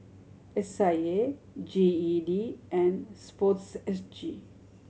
S I A G E D and Sport S G